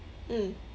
mm